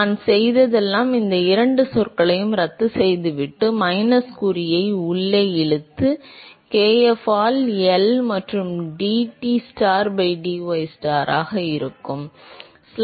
நான் செய்ததெல்லாம் இந்த இரண்டு சொற்களையும் ரத்து செய்துவிட்டு மைனஸ் குறியை உள்ளே இழுத்து எனவே kf ஆல் L மற்றும் dTstar by dystar இருக்கும்